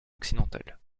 occidental